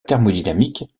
thermodynamique